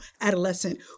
adolescent